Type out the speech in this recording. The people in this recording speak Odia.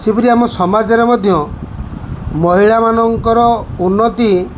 ସେହିପରି ଆମ ସମାଜରେ ମଧ୍ୟ ମହିଳାମାନଙ୍କର ଉନ୍ନତି